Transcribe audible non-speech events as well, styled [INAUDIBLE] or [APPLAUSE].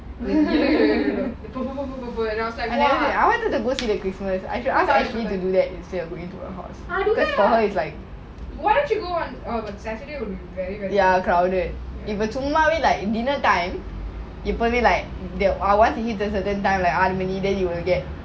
[LAUGHS] I want to go see the christmas I should ask ashley to do that for her it's like ya crowded you know like dinner time you probably like once it hit a certain time then it will get